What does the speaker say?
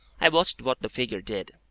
i watched what the figure did.